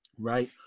right